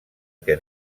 que